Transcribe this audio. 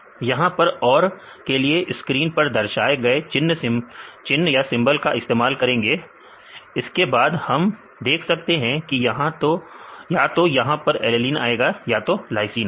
यहां पर हम OR के लिए स्क्रीन पर दर्शाए गए चिन्ह का इस्तेमाल करेंगे इसके बाद हम देख सकते हैं या तो यहां पर एलेलीन आएगा या तो लाइसिन आएगा